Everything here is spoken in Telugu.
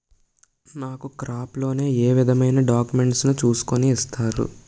నాకు క్రాప్ లోన్ ఏ విధమైన డాక్యుమెంట్స్ ను చూస్కుని ఇస్తారు?